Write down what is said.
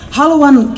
haluan